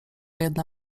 jedna